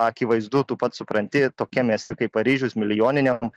akivaizdu tu pats supranti tokiam mieste kaip paryžius milijoniniam